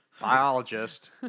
Biologist